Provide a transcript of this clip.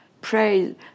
pray